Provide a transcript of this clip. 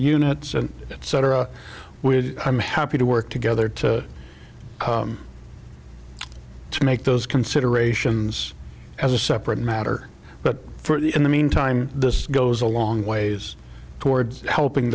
units and etc with i'm happy to work together to make those considerations as a separate matter but in the meantime this goes a long ways towards helping